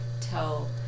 tell